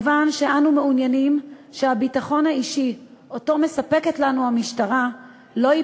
מובן שאנו מעוניינים שהביטחון האישי שהמשטרה מספקת לנו לא ייפגע,